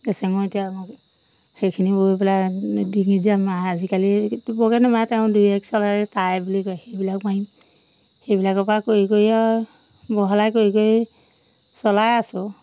গেছেঙৰ এতিয়া মোক সেইখিনি বৈ পেলাই ডিঙিত যে মাৰে আজিকালি বৰকৈ নামাৰে তেওঁ দুই একৰ চলে টাই বুলি কয় সেইবিলাক পাৰিম সেইবিলাকৰ পৰা কৰি কৰি আৰু বহলাই কৰি কৰি চলাই আছোঁ